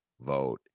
vote